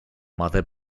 mother